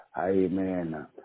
amen